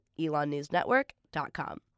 elonnewsnetwork.com